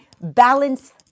balance